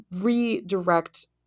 redirect